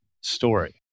story